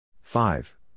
Five